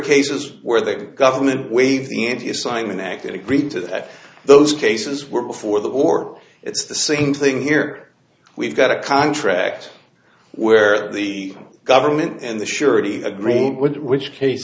cases where the government waived than to sign an act that agreed to that those cases were before the war it's the same thing here we've got a contract where the government and the surety agreed with which case